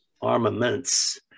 armaments